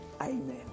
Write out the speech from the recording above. Amen